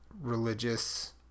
religious